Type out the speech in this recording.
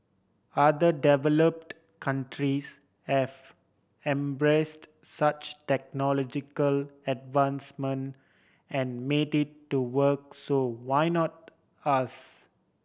other developed countries have embraced such technological advancement and made it to work so why not us